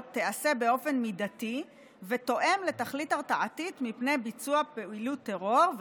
תיעשה באופן מידתי ותואם את התכלית הרתעתית מפני ביצוע פעילות טרור,